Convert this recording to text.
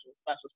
special